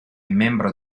membro